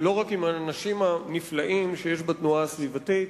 לא רק עם האנשים הנפלאים שיש בתנועה הסביבתית,